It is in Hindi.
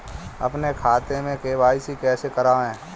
अपने खाते में के.वाई.सी कैसे कराएँ?